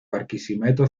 barquisimeto